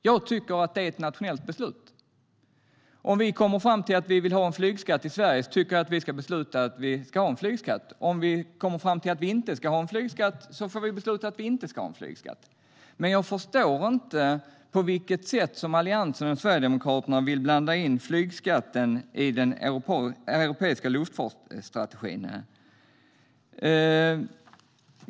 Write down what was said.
Jag tycker att det är ett nationellt beslut. Om vi kommer fram till att vi ska ha en flygskatt i Sverige ska vi besluta att vi ska ha en flygskatt. Om vi kommer fram till att vi inte ska ha en flygskatt får vi besluta att vi inte ska ha en flygskatt. Jag förstår inte varför Alliansen och Sverigedemokraterna vill blanda in flygskatten i den europeiska luftfartsstrategin.